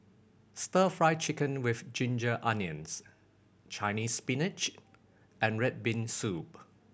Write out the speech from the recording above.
Stir Fry Chicken with ginger onions Chinese Spinach and red bean soup